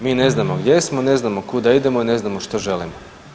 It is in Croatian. Mi ne znamo gdje smo, ne znamo kuda idemo i ne znamo što želimo.